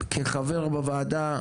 כחבר בוועדה,